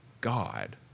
God